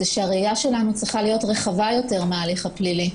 הוא שהראייה שלנו צריכה להיות רחבה יותר מההליך הפלילי.